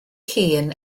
hun